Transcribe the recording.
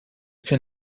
can